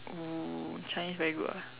oh Chinese very good ah